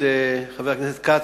חבר הכנסת כץ,